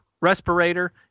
respirator